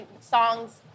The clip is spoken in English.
songs